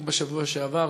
רק בשבוע שעבר,